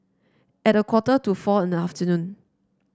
at a quarter to four in the afternoon